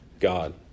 God